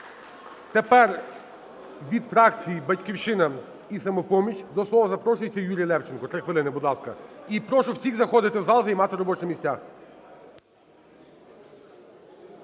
Тепер від фракцій "Батьківщина" і "Самопоміч". До слова запрошується Юрій Левченко, 3 хвилини, будь ласка. І прошу всіх заходити в зал і займати робочі місця.